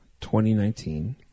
2019